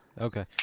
Okay